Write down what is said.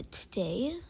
today